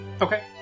Okay